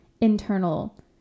internal